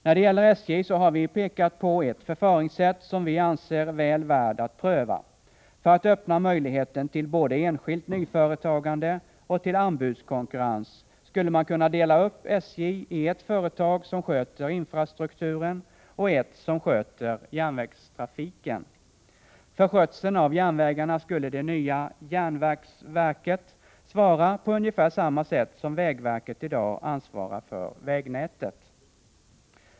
När det gäller SJ har vi pekat på ett förfaringssätt som vi anser väl värt att pröva. För att öppna möjligheten till både enskilt nyföretagande och anbudskonkurrens skulle man kunna dela upp SJ i ett företag som sköter infrastrukturen och ett som sköter järnvägstrafiken. För skötseln av järnvägarna skulle det nya ”järnvägsverket” svara, på ungefär samma sätt som vägverket i dag ansvarar för vägnätet.